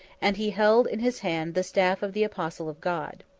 and he held in his hand the staff of the apostle of god.